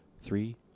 three